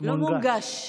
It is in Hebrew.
לא מונגש.